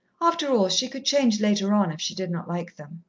after all, she could change later on, if she did not like them.